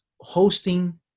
hosting